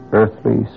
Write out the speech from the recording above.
earthly